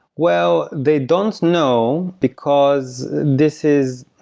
well, they don't know because this is